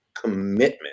commitment